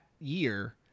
year